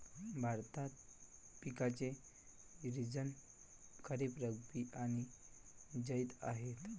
भारतात पिकांचे सीझन खरीप, रब्बी आणि जैद आहेत